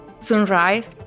sunrise